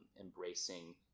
embracing